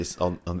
on